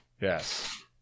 yes